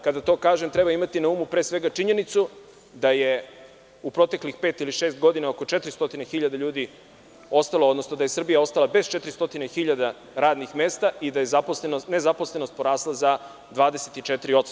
Kada to kažem treba imati na umu pre svega činjenicu da je u proteklih pet ili šest godina oko 400.000 ljudi ostalo, odnosno da je Srbija ostala bez 400.000 radnih mesta i da je nezaposlenost porasla 24%